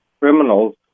criminals